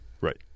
Right